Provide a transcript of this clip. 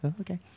okay